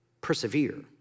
Persevere